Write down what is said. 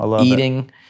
eating